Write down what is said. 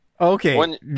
Okay